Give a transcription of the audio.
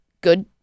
Good